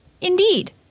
Indeed